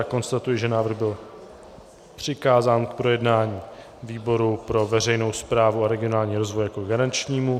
Konstatuji, že návrh byl přikázán k projednání výboru pro veřejnou správu a regionální rozvoj jako garančnímu.